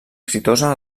exitosa